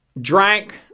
drank